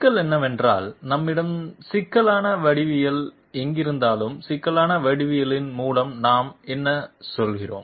சிக்கல் என்னவென்றால் நம்மிடம் சிக்கலான வடிவியல் எங்கிருந்தாலும் சிக்கலான வடிவவியலின் மூலம் நாம் என்ன சொல்கிறோம்